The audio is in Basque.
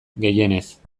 gehienez